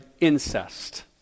incest